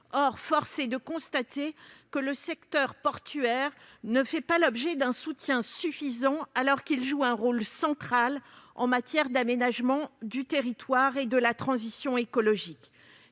Or force est de constater que le secteur portuaire ne fait pas l'objet d'un soutien suffisant alors qu'il joue un rôle central en matière d'aménagement du territoire et de transition écologique.